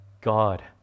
God